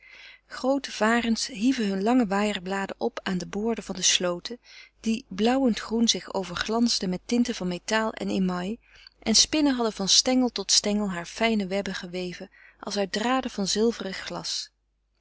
groote varens hieven hunne lange waaierbladen op aan de boorden der slooten die blauwend groen zich overglansden met tinten van metaal en email en spinnen hadden van stengel tot stengel hare fijne webben geweven als uit draden van zilverig glas